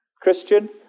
Christian